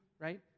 right